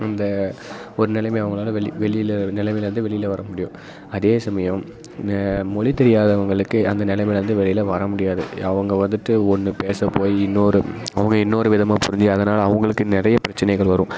அந்த ஒரு நிலைமையை அவங்களால வெள்ளி வெளியில் நிலைமையிலேருந்து வெளியில் வர முடியும் அதே சமயம் நே மொழி தெரியாதவங்களுக்கு அந்த நிலைமையில் வந்து வெளியில் வர முடியாது அவங்க வந்துட்டு ஒன்று பேச போய் இன்னொரு அவங்க இன்னொரு விதமா புரிஞ்சு அதனால் அவங்களுக்கு நிறைய பிரச்சனைகள் வரும்